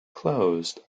closed